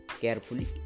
carefully